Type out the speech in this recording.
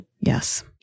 Yes